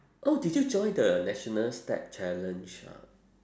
oh did you join the national step challenge ah